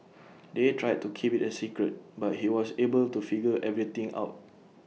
they tried to keep IT A secret but he was able to figure everything out